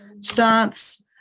starts